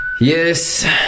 Yes